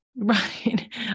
right